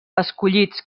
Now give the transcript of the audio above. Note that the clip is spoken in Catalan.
escollits